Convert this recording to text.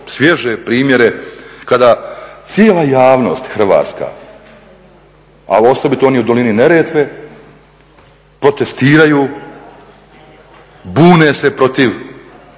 svježe primjere kada cijela javnost hrvatska, a osobito oni u dolini Neretve protestiraju, bune se protiv